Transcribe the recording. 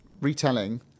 retelling